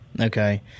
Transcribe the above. Okay